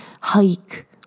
hike